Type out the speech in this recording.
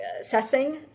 assessing